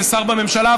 כשר בממשלה,